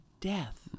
death